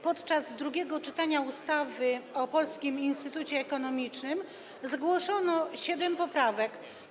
Podczas drugiego czytania ustawy o Polskim Instytucie Ekonomicznym zgłoszono siedem poprawek.